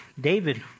David